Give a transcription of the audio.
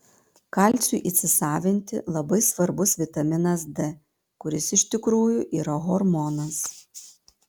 kalciui įsisavinti labai svarbus vitaminas d kuris iš tikrųjų yra hormonas